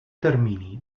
termini